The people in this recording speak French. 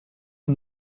est